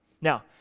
Now